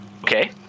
okay